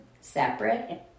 separate